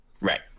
Right